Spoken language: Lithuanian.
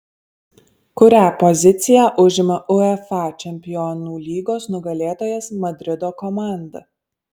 kurią poziciją užima uefa čempionų lygos nugalėtojas madrido komanda